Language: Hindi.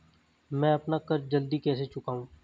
मैं अपना कर्ज जल्दी कैसे चुकाऊं?